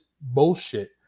bullshit